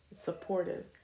supportive